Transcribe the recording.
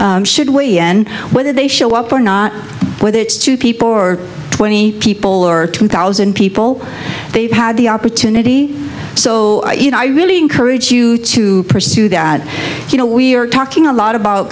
whether they show up or not whether it's two people or twenty people or two thousand people they've had the opportunity so you know i really encourage you to pursue that you know we're talking a lot about